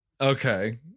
okay